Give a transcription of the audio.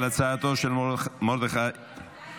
על הצעתו של חבר הכנסת מרדכי ביטון,